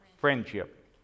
friendship